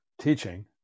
teaching